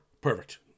perfect